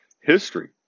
History